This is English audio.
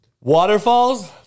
waterfalls